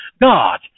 God